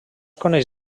coneix